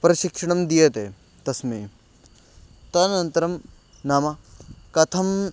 प्रशिक्षणं दीयते तस्मै तदनन्तरं नाम कथम्